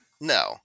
No